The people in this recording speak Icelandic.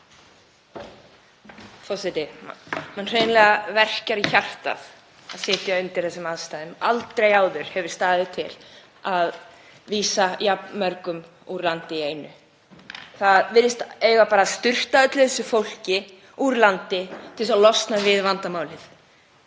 verkjar hreinlega í hjartað að vera í þessum aðstæðum. Aldrei áður hefur staðið til að vísa jafn mörgum úr landi í einu. Það virðist eiga bara að sturta öllu þessu fólki úr landi til að losna við vandamálið,